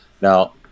Now